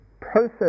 process